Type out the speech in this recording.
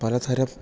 പലതരം